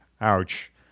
Ouch